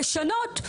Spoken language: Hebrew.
לשנות,